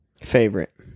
Favorite